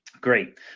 great